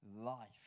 Life